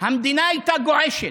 המדינה הייתה גועשת,